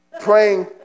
praying